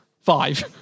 five